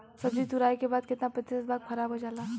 सब्जी तुराई के बाद केतना प्रतिशत भाग खराब हो जाला?